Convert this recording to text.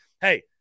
hey